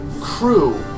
crew